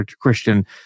Christian